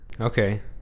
okay